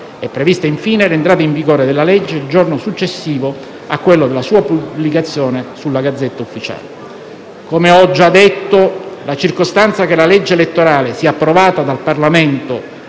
È prevista, infine, l'entrata in vigore della legge il giorno successivo a quello della sua pubblicazione sulla Gazzetta Ufficiale. Come ho già detto, la circostanza che la legge elettorale sia approvata dal Parlamento